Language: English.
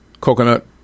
coconut